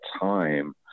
time